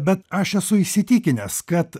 bet aš esu įsitikinęs kad